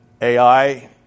AI